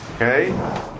Okay